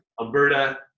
Alberta